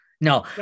No